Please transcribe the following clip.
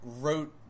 wrote